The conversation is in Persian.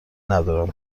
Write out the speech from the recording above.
ندارم